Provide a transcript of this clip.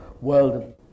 world